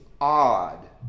odd